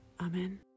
Amen